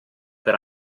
per